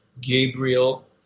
Gabriel